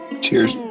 Cheers